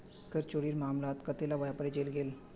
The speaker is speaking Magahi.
कर चोरीर मामलात कतेला व्यापारी जेल गेल